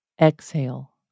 exhale